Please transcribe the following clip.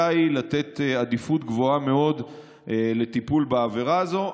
היא לתת עדיפות גבוהה מאוד לטיפול בעבירה הזו.